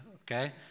okay